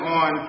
on